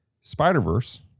Spider-verse